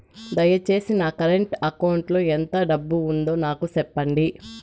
దయచేసి నా current account లో ఎంత డబ్బు ఉందో నాకు సెప్పండి